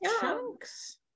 chunks